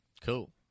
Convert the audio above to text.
Cool